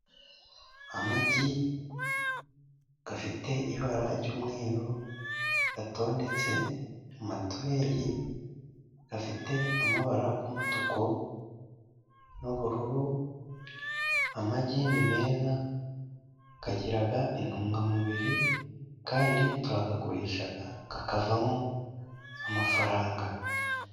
Amagi afite ibara ry'umweru, atondetse mu matureyi afite amabara y' umutuku n'ubururu. Amagi ni meza agira intungamubiri, kandi turayagurisha akavamo amafaranga.